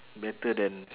better than